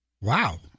Wow